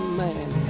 man